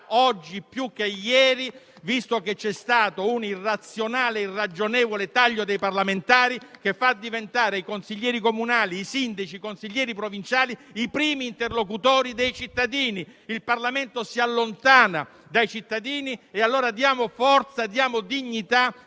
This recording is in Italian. oggi più che ieri, visto che c'è stato un irrazionale e irragionevole taglio dei parlamentari che fa diventare i consiglieri comunali, i sindaci e i consiglieri provinciali i primi interlocutori dei cittadini. Il Parlamento si allontana dai cittadini e allora diamo forza e dignità